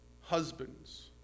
Husbands